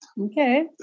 Okay